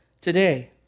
today